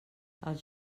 els